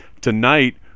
Tonight